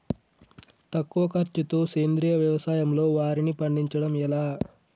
తక్కువ ఖర్చుతో సేంద్రీయ వ్యవసాయంలో వారిని పండించడం ఎలా?